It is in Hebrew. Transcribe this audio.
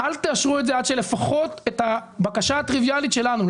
אל תאשרו את זה עד שלפחות תיענה הבקשה הטריביאלית שלנו,